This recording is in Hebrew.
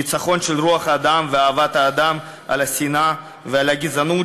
ניצחון של רוח האדם ואהבת האדם על השנאה ועל הגזענות